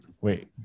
Wait